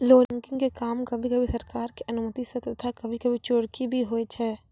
logging के काम कभी कभी सरकार के अनुमती सॅ तथा कभी कभी चोरकी भी होय छै